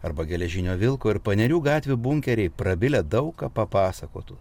arba geležinio vilko ir panerių gatvių bunkeriai prabilę daug ką papasakotų